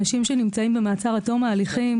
אנשים שנמצאים במעצר עד תום ההליכים.